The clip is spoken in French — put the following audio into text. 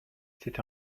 c’est